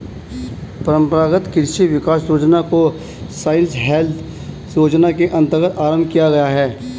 परंपरागत कृषि विकास योजना को सॉइल हेल्थ योजना के अंतर्गत आरंभ किया गया है